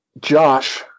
Josh